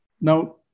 Now